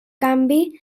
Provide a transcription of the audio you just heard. canvi